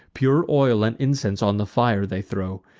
pure oil and incense on the fire they throw,